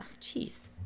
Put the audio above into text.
Jeez